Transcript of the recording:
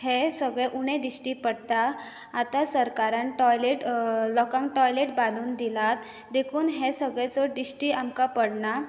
हें सगळें उणें दिश्टी पडटा आतां सरकारान टॉयलेट लोकांक टॉयलेट बांदून दिल्या देखून हें सगळें चड दिश्टी आमकां पडना